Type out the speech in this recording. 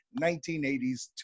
1980s